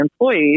employees